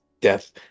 death